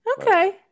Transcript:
Okay